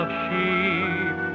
sheep